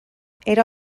era